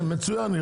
כן, כן, מצוין.